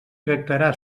tractarà